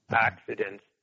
accidents